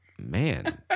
Man